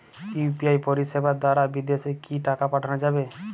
UPI পরিষেবা দারা বিদেশে কি টাকা পাঠানো যাবে?